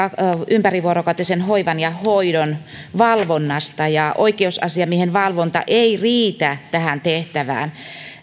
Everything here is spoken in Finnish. ympärivuorokautisen hoivan ja hoidon valvonnasta ja oikeusasiamiehen valvonta ei riitä tähän tehtävään